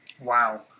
Wow